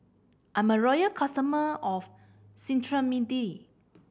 I'm a loyal customer of Cetrimide